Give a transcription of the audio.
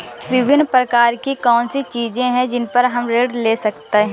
विभिन्न प्रकार की कौन सी चीजें हैं जिन पर हम ऋण ले सकते हैं?